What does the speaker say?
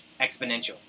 exponential